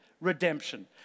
Redemption